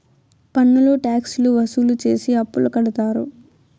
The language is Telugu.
పన్నులు ట్యాక్స్ లు వసూలు చేసి అప్పులు కడతారు